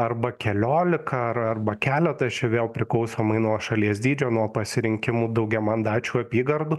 arba keliolika ar arba keletą čia vėl priklausomai nuo šalies dydžio nuo pasirinkimų daugiamandačių apygardų